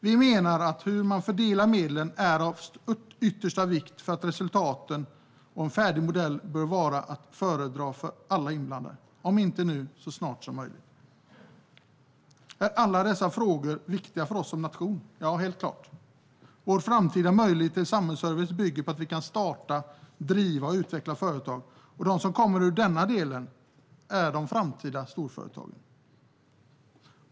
Vi menar att fördelningen av medlen är av yttersta vikt för resultaten. En färdig modell bör vara att föredra för alla inblandade, om inte nu så i alla fall så snart som möjligt. Är alla dessa frågor viktiga för oss som nation? Ja, helt klart. Vår framtida möjlighet till samhällsservice bygger på att vi kan starta, driva och utveckla företag, och det som kommer ur detta är de framtida storföretagen.